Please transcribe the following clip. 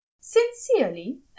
Sincerely